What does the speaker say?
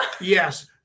Yes